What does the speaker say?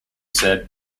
said